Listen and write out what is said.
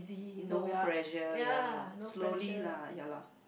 no pressure ya slowly lah ya lah